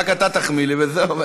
רק אתה תחמיא לי וזהו.